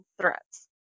threats